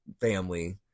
family